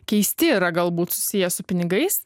keisti yra galbūt susiję su pinigais